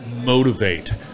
motivate